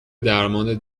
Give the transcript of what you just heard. درمان